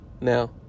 now